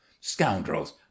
scoundrels